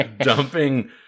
dumping